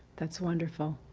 that's wonderful.